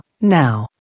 now